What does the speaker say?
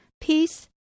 Peace